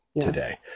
today